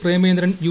Premachandran U